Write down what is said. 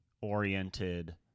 oriented